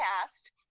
cast